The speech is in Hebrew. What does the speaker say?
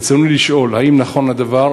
ברצוני לשאול: 1. האם נכון הדבר?